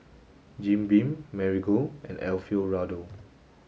Jim Beam Marigold and Alfio Raldo